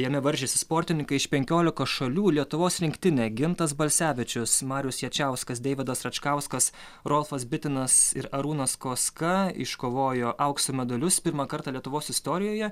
jame varžėsi sportininkai iš penkiolikas šalių lietuvos rinktinė gintas balsevičius marius jačiauskas deividas račkauskas rolfas bitinas ir arūnas koska iškovojo aukso medalius pirmą kartą lietuvos istorijoje